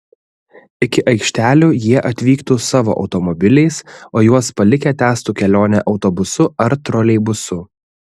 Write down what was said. iki aikštelių jie atvyktų savo automobiliais o juos palikę tęstų kelionę autobusu ar troleibusu